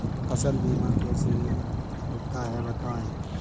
फसल बीमा कैसे होता है बताएँ?